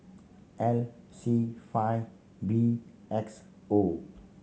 L C five B X O